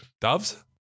Doves